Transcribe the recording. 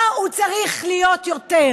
מה הוא צריך להיות יותר: